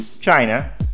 China